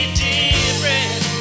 different